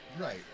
right